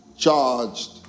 Charged